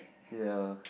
ya